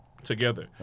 together